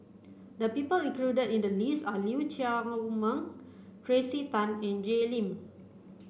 the people included in the list are Lee Chiaw Meng Tracey Tan and Jay Lim